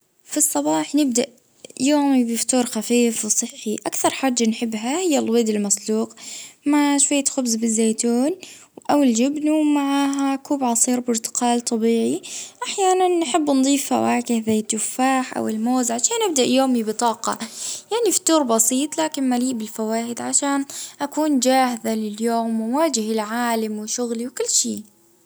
اه فطور الصباح المفضل عندي اللي هو خبزة محمصة مع جبن أو مربى مع جهوة وحليب.